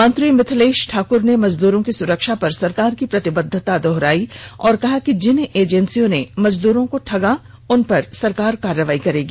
मंत्री मिथिलेष ठाक्र ने मजदूरों की सुरक्षा पर सरकार की प्रतिबद्वता दोहराई और कहा कि जिन एजेन्सियों ने मजदूरों को ठगा उनपर सरकार कार्रवाई करेगी